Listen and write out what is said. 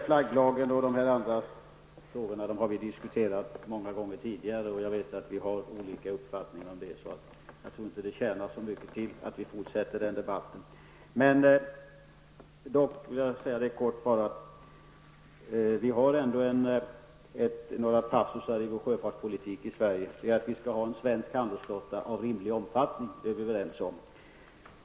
Flagglagarna och de andra frågorna har vi diskuterat många gånger tidigare, och jag vet att vi vet olika uppfattning om dem. Jag tror inte det tjänar så mycket till att vi fortsätter den debatten. Jag vill dock kort säga att vi har ändå några passusar i vår sjöfartspolitik i Sverige om att vi skall ha en svensk handelsflotta av rimlig omfattning. Det är vi överens om.